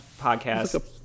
Podcast